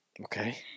Okay